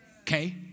okay